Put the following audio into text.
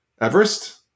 Everest